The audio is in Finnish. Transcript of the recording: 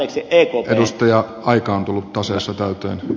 arvoisa edustaja aika on tullut taseessa täyteen